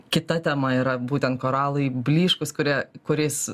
kita tema yra būtent koralai blyškūs kurie kuriais